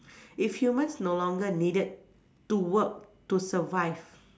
if humans no longer needed to work to survive